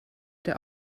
der